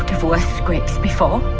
four scripts before